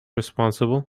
responsible